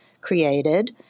created